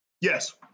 Yes